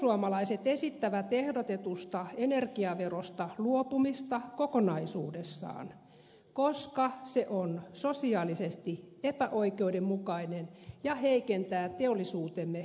perussuomalaiset esittävät ehdotetusta energiaverosta luopumista kokonaisuudessaan koska se on sosiaalisesti epäoikeudenmukainen ja heikentää teollisuutemme kilpailukykyä